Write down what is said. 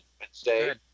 Wednesday